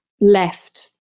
left